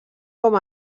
com